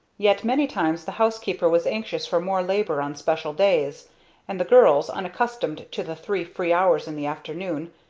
yet many times the housekeeper was anxious for more labor on special days and the girls, unaccustomed to the three free hours in the afternoon,